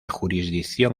jurisdicción